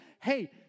hey